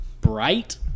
bright